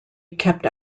kept